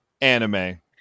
Anime